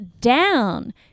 down